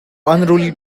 unruly